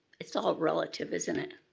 it's all relative isn't it?